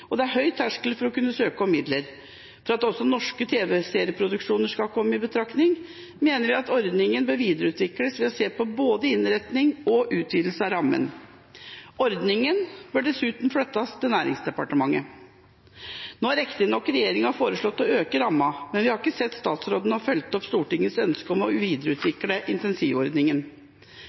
og det er høy terskel for å kunne søke om midler. For at også norske tv-serieproduksjoner skal komme i betraktning, mener vi at ordningen bør videreutvikles ved å se på både innretning og utvidelse av rammen. Ordningen bør dessuten flyttes til Næringsdepartementet. Nå har riktignok regjeringa foreslått å øke rammen, men vi har ikke sett at statsråden har fulgt opp Stortingets ønske om å videreutvikle